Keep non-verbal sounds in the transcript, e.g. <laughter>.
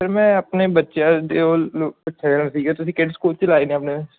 ਫਿਰ ਮੈਂ ਆਪਣੇ ਬੱਚਿਆਂ ਦੇ <unintelligible> ਤੁਸੀਂ ਕਿਹੜੇ ਸਕੂਲ 'ਚ ਲਾਏ ਨੇ ਆਪਣੇ